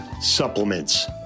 supplements